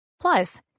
Plus